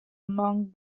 among